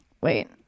Wait